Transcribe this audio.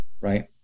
Right